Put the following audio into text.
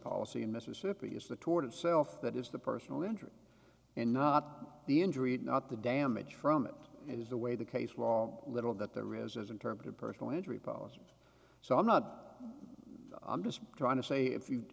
policy in mississippi is the toward itself that is the personal injury and not the injury not the damage from it it is the way the case law little that there is as interpreted personal injury policy so i'm not i'm just trying to say if you